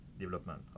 development